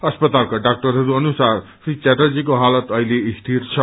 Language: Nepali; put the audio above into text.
अस्पतालका डाकअरहरू अनुसार श्री च्याटर्जीको हाल अछिले स्थिर छ